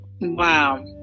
wow